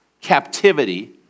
captivity